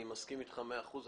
אני מסכים אתך במאה אחוז.